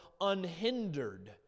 unhindered